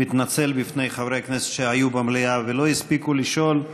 ומתנצל בפני חברי כנסת שהיו במליאה ולא הספיקו לשאול.